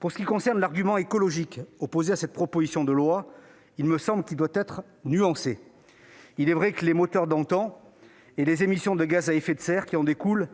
Pour ce qui concerne l'argument écologique opposé à cette proposition de loi, il me semble qu'il doit être nuancé. Il est vrai que les moteurs d'antan et les émissions de gaz à effet de serre qui en découlent